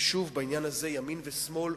ושוב, בעניין הזה, ימין ושמאל,